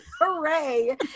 Hooray